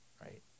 right